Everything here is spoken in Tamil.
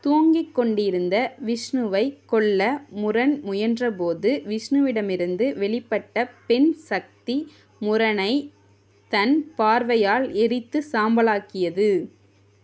தூங்கிக் கொண்டிருந்த விஷ்ணுவைக் கொல்ல முரன் முயன்றபோது விஷ்ணுவிடமிருந்து வெளிப்பட்ட பெண் சக்தி முரனைத் தன் பார்வையால் எரித்து சாம்பலாக்கியது